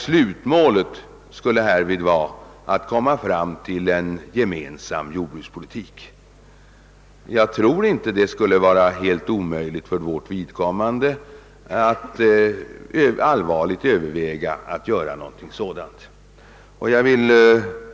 Slutmålet skulle härvid vara en gemensam jordbrukspolitik. Jag tror inte det skulle vara helt omöjligt för vårt vidkommande att allvarligt överväga att göra någonting sådant.